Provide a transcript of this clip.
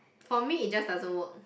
for me it just doesn't work